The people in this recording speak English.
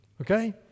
okay